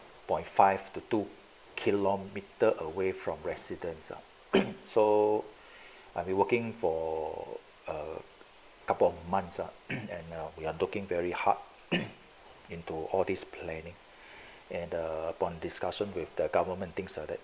point five two two kilometre away from residents lah so I'll be working for a couple of months ah and now we are talking very hard into all these planning and the uh bond discussions with the government things like that